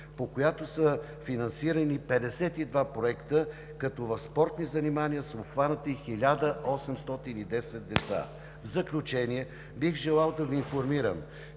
по която са финансирани 52 проекта, като в спортни занимания са обхванати 1810 деца. В заключение бих желал да Ви информирам,